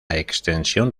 extensión